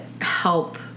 help